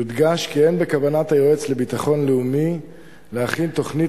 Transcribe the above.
יודגש כי אין בכוונת היועץ לביטחון לאומי להכין תוכנית